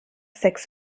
sechs